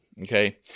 Okay